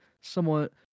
somewhat